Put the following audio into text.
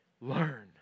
Learn